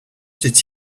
did